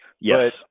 Yes